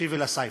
אמרתי "בעיקר".